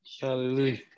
Hallelujah